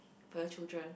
for a children